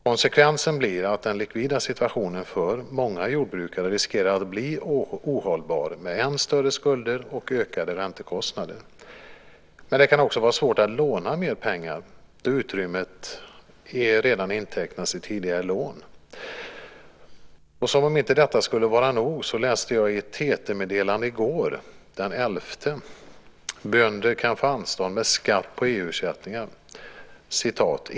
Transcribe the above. Konsekvensen blir att den likvida situationen för många jordbrukare riskerar att bli ohållbar med än större skulder och ökade räntekostnader. Men det kan också vara svårt att låna mer pengar då utrymmet redan är intecknat sedan tidigare lån. Som om inte detta skulle vara nog läste jag i ett TT-meddelande i går, den 11 oktober: "Bönder kan få anstånd med skatt på EU-ersättningar.